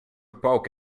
poke